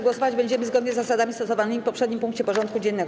Głosować będziemy zgodnie z zasadami stosowanymi w poprzednim punkcie porządku dziennego.